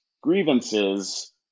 grievances